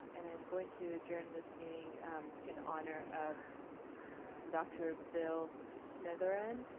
and i'm going to adjourn this meeting in honor of dr. bill smitherin.